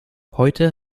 heute